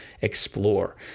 explore